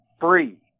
free